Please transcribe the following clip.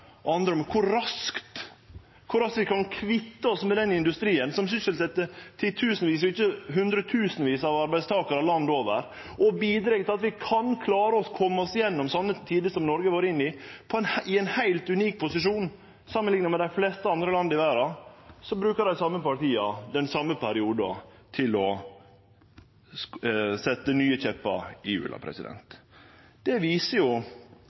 andre, om kor raskt vi kan kvitte oss med den industrien som sysselset titusenvis, om ikkje hundretusenvis, av arbeidstakarar landet over og bidreg til at vi kan klare å kome oss gjennom slike tider som Noreg har vore inne i, i ein heilt unik posisjon samanlikna med dei fleste andre land i verda, brukar dei same partia den same perioden til å stikke nye kjeppar i hjula. Det viser